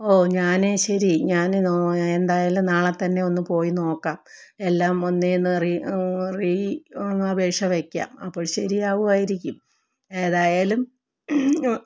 ഓ ഞാന് ശരി ഞാന് എന്തായാലും നാളെ തന്നെ ഒന്ന് പോയി നോക്കാം എല്ലാം ഒന്നേന്ന് റീ അപേക്ഷ വയ്ക്കാം അപ്പോൾ ശരിയാവുമായിരിക്കും ഏതായാലും